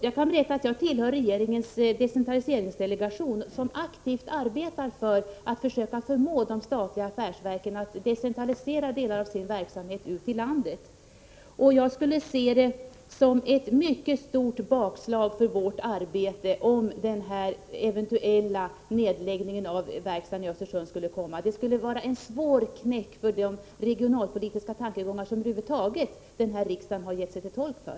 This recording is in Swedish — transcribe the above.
Jag kan berätta att jag tillhör regeringens decentraliseringsdelegation, som aktivt arbetar för att försöka förmå de statliga affärsverken att decentralisera delar av sin verksamhet ut i landet. Jag skulle se det som ett mycket stort bakslag för vårt arbete om den eventuella nedläggningen av verkstaden i Östersund kommer till stånd. Det skulle vara en svår knäck för de regionalpolitiska tankegångar som denna riksdag har gjort sig till tolk för.